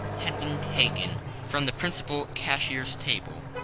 had been taken from the principal cashier's table,